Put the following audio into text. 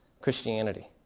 Christianity